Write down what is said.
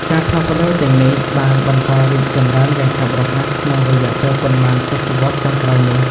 ការផ្លាស់ប្តូរទាំងនេះបានបន្តរីកចម្រើនយ៉ាងឆាប់រហ័សក្នុងរយៈពេលប៉ុន្មានទសវត្សរ៍ចុងក្រោយនេះ។